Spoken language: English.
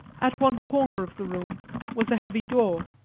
at one corner of the room was a heavy door.